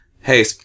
Hey